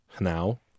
now